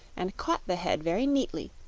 and caught the head very neatly,